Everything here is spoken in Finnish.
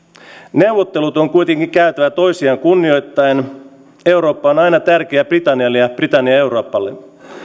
neuvottelut on kuitenkin käytävä toisiaan kunnioittaen eurooppa on aina tärkeä britannialle ja britannia euroopalle